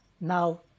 Now